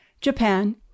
Japan